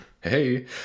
Hey